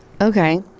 Okay